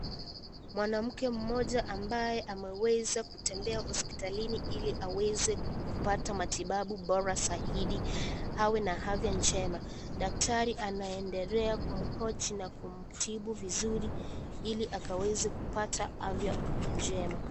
Mwanamke mmoja ambaye ameweza kutembea hospitalini ili aweze kupata matibabu ora zaidi awe na afya njema. Daktari anaendela kumhoji na kumtibu vizuri ili akaweze kupata afya njema.